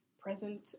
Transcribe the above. present